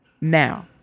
Now